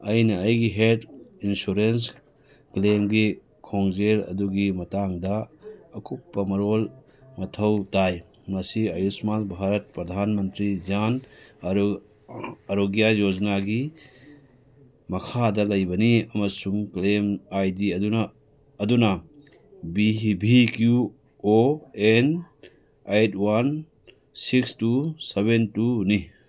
ꯑꯩꯅ ꯑꯩꯒꯤ health insurance ꯀ꯭ꯂꯦꯝꯒꯤ ꯈꯣꯡꯖꯦꯜ ꯑꯗꯨꯒꯤ ꯃꯇꯥꯡꯗ ꯑꯀꯨꯞꯄ ꯃꯔꯣꯜ ꯃꯊꯧ ꯇꯥꯏ ꯃꯁꯤ ꯑꯌꯨꯁꯃꯥꯟ ꯚꯥꯔꯠ ꯄ꯭ꯔꯙꯥꯟ ꯃꯟꯇ꯭ꯔꯤ ꯖꯥꯟ ꯑꯔꯣꯒ꯭ꯌꯥ ꯌꯣꯖꯅꯥꯒꯤ ꯃꯈꯥꯗ ꯂꯩꯕꯅꯤ ꯑꯃꯁꯨꯡ ꯀ꯭ꯂꯦꯝ ꯑꯥꯏ ꯗꯤ ꯑꯗꯨꯅ ꯑꯗꯨꯅ V V Q O N eight one six two seven ꯇꯨꯅꯤ